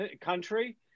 country